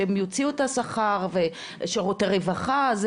שהם יוציאו את השכר ושרותי רווחה.